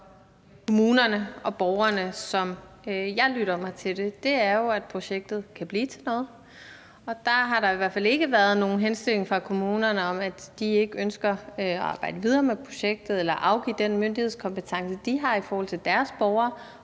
kommunerne og borgerne, sådan som jeg lytter mig til det, er jo, at projektet kan blive til noget. Og der har der i hvert fald ikke været nogen henstilling fra kommunerne om, at de ikke ønsker at arbejde videre med projektet eller vil afgive den myndighedskompetence, de har i forhold til deres borgere,